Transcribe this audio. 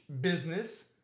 business